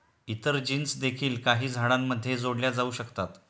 इतर जीन्स देखील काही झाडांमध्ये जोडल्या जाऊ शकतात